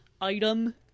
item